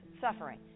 suffering